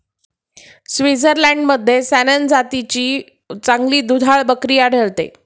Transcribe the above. स्वित्झर्लंडमध्ये सॅनेन जातीची चांगली दुधाळ बकरी आढळते